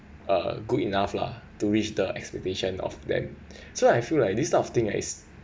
uh good enough lah to reach the expectation of them so I feel like this type of thing ah is